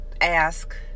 ask